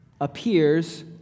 appears